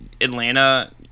Atlanta